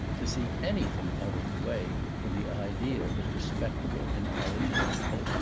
to see anything out of the way in the idea that respectable intelligent people,